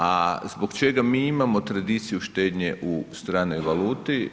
A zbog čega mi imamo tradiciju štednje u stranoj valuti?